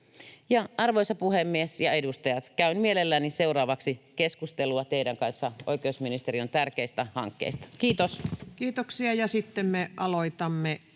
Arvoisa puhemies ja edustajat! Käyn mielelläni seuraavaksi keskustelua teidän kanssanne oikeusministeriön tärkeistä hankkeista. — Kiitos. [Speech